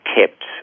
kept